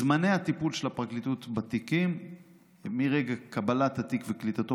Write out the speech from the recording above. זמני הטיפול של הפרקליטות בתיקים מרגע קבלת התיק וקליטתו